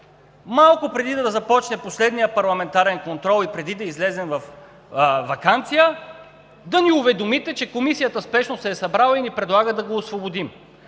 малко преди да започне последният парламентарен контрол и преди да излезем във ваканция, да ни уведомите, че Комисията спешно се е събрала и ни предлага да го освободим.